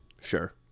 Sure